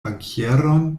bankieron